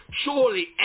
surely